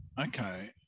okay